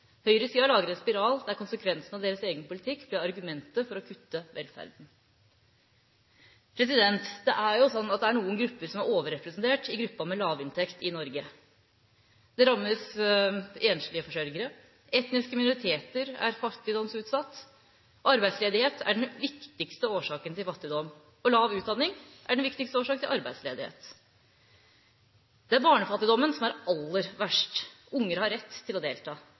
Høyresida lager en spiral der konsekvensen av deres egen politikk blir argumentet for å kutte i velferden. Det er noen grupper som er overrepresentert i gruppa med lav inntekt i Norge: Det er enslige forsørgere, og i tillegg er etniske minoriteter fattigdomsutsatt. Arbeidsledighet er den viktigste årsaken til fattigdom, og lav utdanning er den viktigste årsaken til arbeidsledighet. Det er barnefattigdommen som er aller verst. Unger har rett til å delta.